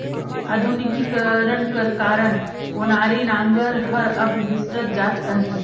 आधुनिकीकरन कर कारन ओनारी नांगर हर अब बिसरत जात अहे